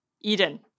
Eden